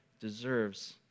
deserves